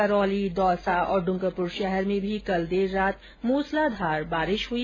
करौली दौसा और डुंगरपुर शहर में भी कल देर रात मुसलाघार बारिश हुई